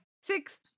Six